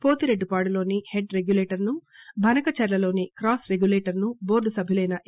పోతిరెడ్డిపాడులోని head regulator ను భనకచర్లలోని cross regulator ను బోర్డు సభ్యులైన ఏ